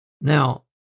Now